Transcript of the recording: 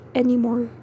anymore